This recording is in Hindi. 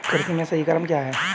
कृषि में सही क्रम क्या है?